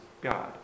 God